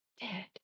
dead